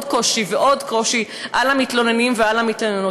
קושי ועוד קושי על המתלוננים ועל המתלוננות,